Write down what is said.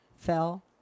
Fell